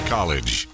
College